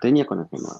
tai nieko nekainuo